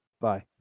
bye